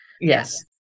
Yes